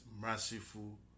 merciful